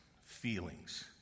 feelings